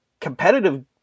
competitive